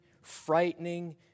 ...frightening